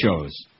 shows